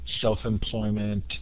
self-employment